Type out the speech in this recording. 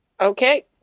Okay